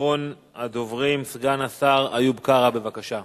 אחרון הדוברים, סגן השר איוב קרא, בבקשה.